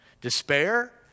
despair